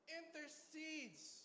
intercedes